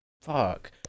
Fuck